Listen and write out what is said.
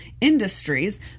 industries